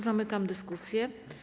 Zamykam dyskusję.